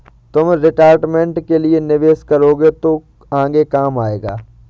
तुम रिटायरमेंट के लिए निवेश करोगे तो आगे काम आएगा